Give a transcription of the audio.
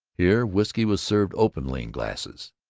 here, whisky was served openly, in glasses.